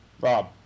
Rob